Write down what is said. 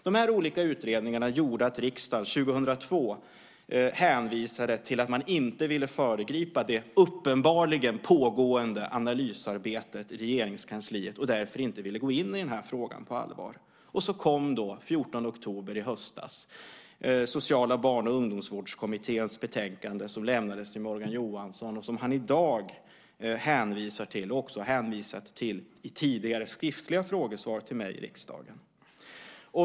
De här olika utredningarna gjorde att riksdagen 2002 hänvisade till att man inte ville föregripa det uppenbarligen pågående analysarbetet i Regeringskansliet och därför inte ville gå in i den här frågan på allvar. Och så kom då den 14 oktober, i höstas, Sociala barn och ungdomsvårdskommitténs betänkande, som lämnades till Morgan Johansson, som han i dag hänvisar till och också har hänvisat till i tidigare skriftliga frågesvar till mig i riksdagen.